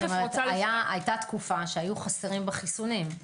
היתה תקופה שהיו חסרים בה חיסונים.